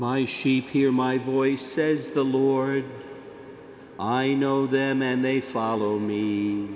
my sheep hear my voice says the lord i know them then they follow me